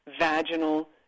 vaginal